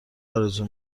آرزو